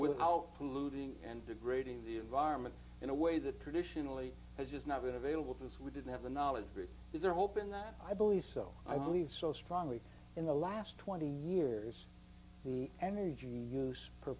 how polluting and degrading the environment in a way that traditionally has just not been available to us we didn't have the knowledge through these are hoping that i believe so i believe so strongly in the last twenty years the energy use per